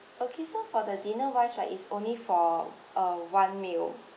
okay so for the dinner wise right it's only for uh one meal